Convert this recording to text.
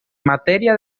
materia